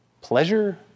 pleasure